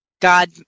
God